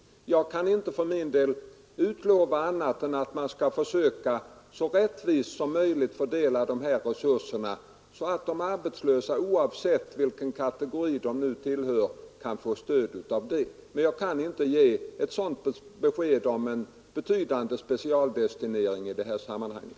Jag kan för min del inte utlova annat än att man skall försöka så rättvist som möjligt fördela de här resurserna så att de arbetslösa, oavsett vilken kategori de nu tillhör, kan få stöd. Men jag kan inte ge besked om en betydande specialdestinering i det här sammanhanget.